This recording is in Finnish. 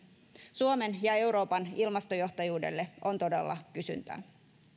suomen ja euroopan ilmastojohtajuudelle on todella kysyntää